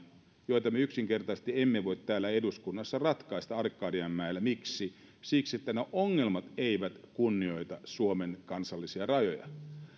joita me yksinkertaisesti emme voi täällä eduskunnassa arkadianmäellä ratkaista miksi siksi että ne ongelmat eivät kunnioita suomen kansallisia rajoja